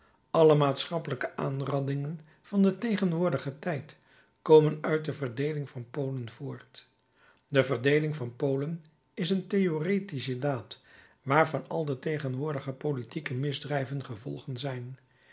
alle maatschappelijke aanrandingen van den tegenwoordigen tijd komen uit de verdeeling van polen voort de verdeeling van polen is een theoretische daad waarvan al de tegenwoordige politieke misdrijven gevolgen zijn